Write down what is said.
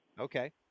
Okay